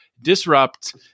disrupt